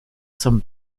zum